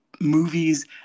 movies